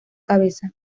cabeza